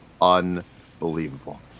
unbelievable